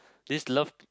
this love